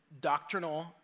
doctrinal